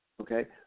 okay